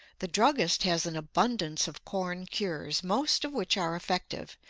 the druggist has an abundance of corn cures, most of which are effective,